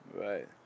Right